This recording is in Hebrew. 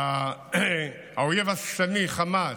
כשהאויב השטני חמאס,